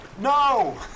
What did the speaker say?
No